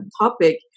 topic